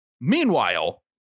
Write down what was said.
Meanwhile